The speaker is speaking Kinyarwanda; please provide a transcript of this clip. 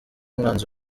umwanzi